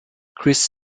chris